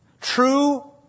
True